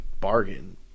bargain